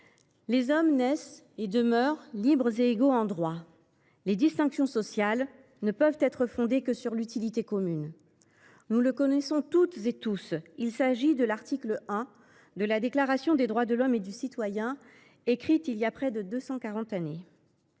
les hommes naissent et demeurent libres et égaux en droits. Les distinctions sociales ne peuvent être fondées que sur l’utilité commune. » Nous connaissons toutes et tous ces phrases : elles forment l’article 1 de la Déclaration des droits de l’homme et du citoyen, écrite il y a près de deux